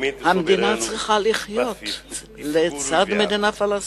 המדינה צריכה לחיות לצד מדינה פלסטינית,